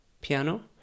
piano